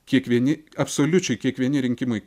kiekvieni absoliučiai kiekvieni rinkimai